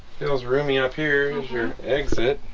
feels roomy up here's your exit